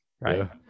right